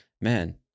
man